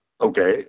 okay